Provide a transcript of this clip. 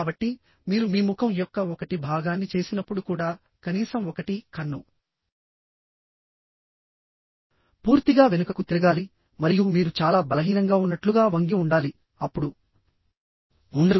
కాబట్టి మీరు మీ ముఖం యొక్క 1 భాగాన్ని చేసినప్పుడు కూడా కనీసం 1 కన్ను పూర్తిగా వెనుకకు తిరగాలి మరియు మీరు చాలా బలహీనంగా ఉన్నట్లుగా వంగి ఉండాలి అప్పుడు మీరు సిద్ధంగా ఉండరు